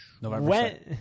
November